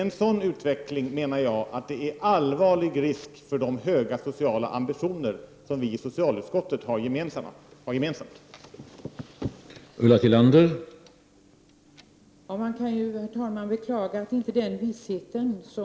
En sådan utveckling medför allvarlig risk för att vi inte skall kunna förverkliga de höga sociala ambitioner som är gemensamma för oss i socialutskottet.